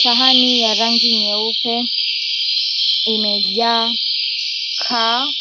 Sahani ya rangi nyeupe imejaa kaa